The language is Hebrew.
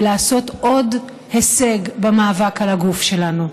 ולעשות עוד הישג במאבק על הגוף שלנו.